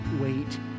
wait